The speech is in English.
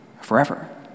forever